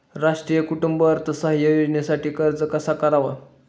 राष्ट्रीय कुटुंब अर्थसहाय्य योजनेसाठी अर्ज कसा करावा?